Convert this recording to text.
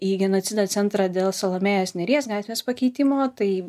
į genocido centrą dėl salomėjos nėries gatvės pakeitimo tai